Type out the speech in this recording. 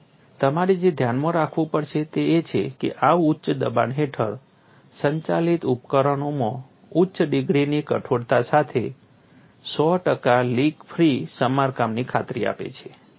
અને તમારે જે ધ્યાનમાં રાખવું પડશે તે એ છે કે આ ઉચ્ચ દબાણ હેઠળ સંચાલિત ઉપકરણોમાં ઉચ્ચ ડિગ્રીની કઠોરતા સાથે 100 ટકા લીક ફ્રી સમારકામની ખાતરી આપે છે